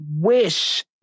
wish